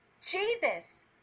Jesus